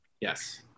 yes